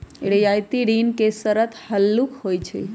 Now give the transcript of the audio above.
रियायती ऋण के शरत हल्लुक होइ छइ